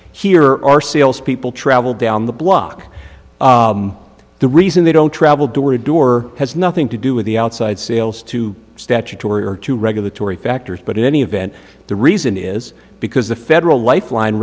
our salespeople travel down the block the reason they don't travel door to door has nothing to do with the outside sales to statutory or to regulatory factors but in any event the reason is because the federal lifeline